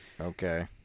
Okay